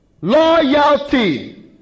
loyalty